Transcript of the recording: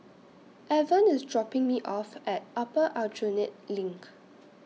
Avon IS dropping Me off At Upper Aljunied LINK